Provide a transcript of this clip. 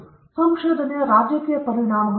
ನಂತರ ಸಂಶೋಧನೆಯ ರಾಜಕೀಯ ಪರಿಣಾಮಗಳು